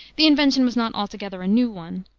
the invention was not altogether a new one.